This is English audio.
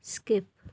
skip